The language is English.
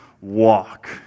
walk